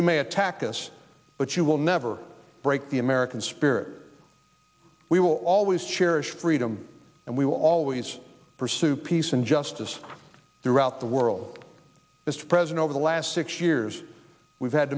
you may attack us but you will never break the american spirit we will always cherish freedom and we will always pursue peace and justice throughout the world mr president over the last six years we've had